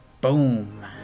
boom